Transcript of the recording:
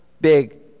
big